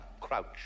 crouch